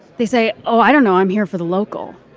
they say, oh, i don't know. i'm here for the local.